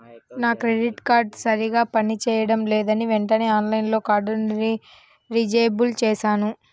నా credit card సరిగ్గా పని చేయడం లేదని వెంటనే ఆన్లైన్లో కార్డుని డిజేబుల్ చేశాను